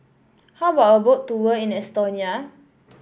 how about a Boat Tour in Estonia